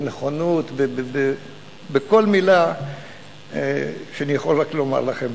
בנכונות, בכל מלה שאני יכול רק לומר לכם.